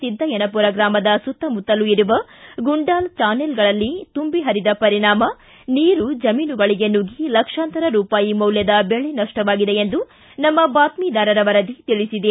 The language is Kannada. ಸಿದ್ದಯ್ಯನಪುರ ಗ್ರಾಮದ ಸುತ್ತಮುತ್ತಲು ಇರುವ ಗುಂಡಾಲ್ ಚಾನೆಲ್ಗಳಲ್ಲಿ ತುಂಬಿ ಹರಿದ ಪರಿಣಾಮ ನೀರು ಜಮೀನುಗಳಿಗೆ ನುಗ್ಗಿ ಲಕ್ಷಾಂತರ ರೂಪಾಯಿ ಮೌಲ್ಯದ ಬೆಳೆ ನಷ್ಟವಾಗಿದೆ ಎಂದು ನಮ್ಮ ಬಾತ್ಟಿದಾರರ ವರದಿ ತಿಳಿಸಿದೆ